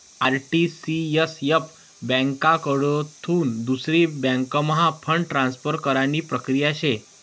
RTCSF ब्यांककडथून दुसरी बँकम्हा फंड ट्रान्सफर करानी प्रक्रिया शे